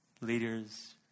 Leaders